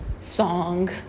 song